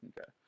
Okay